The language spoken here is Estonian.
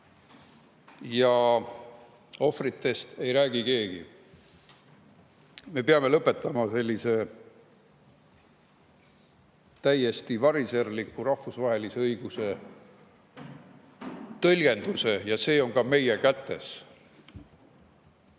aga ohvritest ei räägi keegi. Me peame lõpetama sellise täiesti variserliku rahvusvahelise õiguse tõlgenduse. Ja see on ka meie kätes.